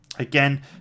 Again